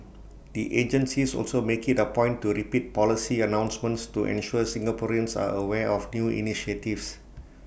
the agencies also make IT A point to repeat policy announcements to ensure Singaporeans are aware of new initiatives